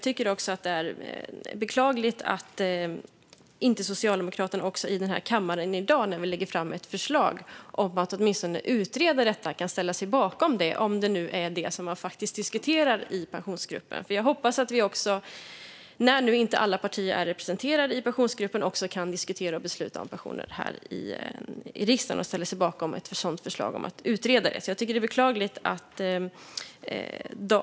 Det är beklagligt att Socialdemokraterna inte i den här kammaren i dag, när vi lägger fram ett förslag om att åtminstone utreda detta, kan ställa sig bakom det, om det nu är det som man diskuterar i Pensionsgruppen. När nu inte alla partier är representerade i Pensionsgruppen hoppas jag vi också kan diskutera och besluta om pensioner här i riksdagen och att man ställer sig bakom ett sådant förslag om att utreda det. Detta är beklagligt.